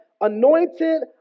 anointed